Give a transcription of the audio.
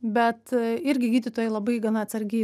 bet irgi gydytojai labai gana atsargiai